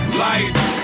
lights